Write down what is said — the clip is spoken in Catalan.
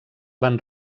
van